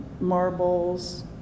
marbles